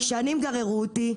שנים גררו אותי,